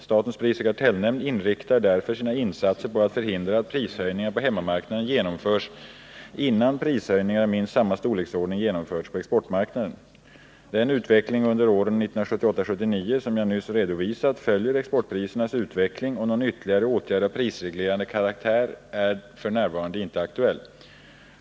Statens prisoch kartellnämnd inriktar därför sina insatser på att förhindra att prishöjningar på hemmamarknaden genomförs innan prishöjningar av minst samma storleksordning genomförts på exportmarknaden. Den utveckling under åren 1978-1979 som jag nyss redovisat följer exportprisernas utveckling, och någon ytterligare åtgärd av prisreglerande karaktär är f. n. inte aktuell.